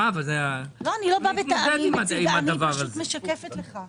אני משקפת לך.